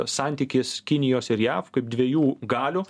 santykis kinijos ir jav kaip dviejų galių